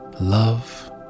love